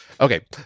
Okay